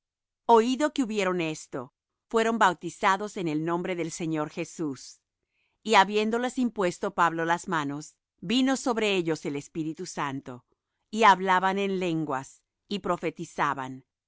oído que hubieron esto fueron bautizados en el nombre del señor jesús y habiéndoles impuesto pablo las manos vino sobre ellos el espíritu santo y hablaban en lenguas y profetizaban